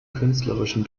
künstlerischen